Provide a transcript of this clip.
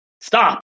stop